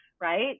Right